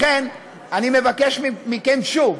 לכן אני מבקש מכם שוב.